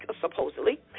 Supposedly